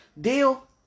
deal